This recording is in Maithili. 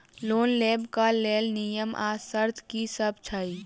लोन लेबऽ कऽ लेल नियम आ शर्त की सब छई?